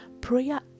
Prayer